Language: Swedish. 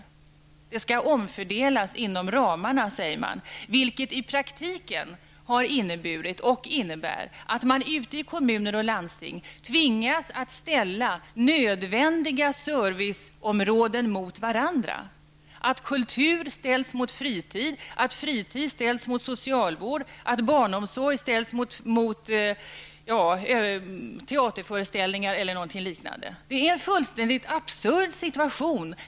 Medlen skall omfördelas inom ramarna, säger man, vilket i praktiken har inneburit och innebär att man ute i kommuner och landsting tvingas att ställa nödvändiga serviceområden mot varandra: Kultur ställs mot fritid, fritid ställs mot socialvård, barnomsorg ställs mot teaterföreställningar och liknande. Det är en fullständigt absurd situation.